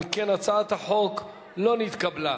אם כן, הצעת החוק לא נתקבלה.